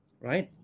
right